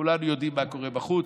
כולנו יודעים מה קורה בחוץ,